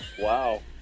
Wow